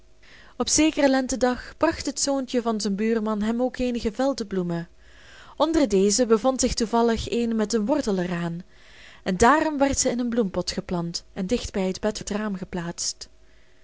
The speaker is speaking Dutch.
op zekeren lentedag bracht het zoontje van zijn buurman hem ook eenige veldbloemen onder deze bevond zich toevallig een met den wortel er aan en daarom werd zij in een bloempot geplant en dicht bij het bed voor het raam geplaatst